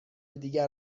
دیگر